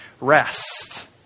rest